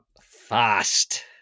Fast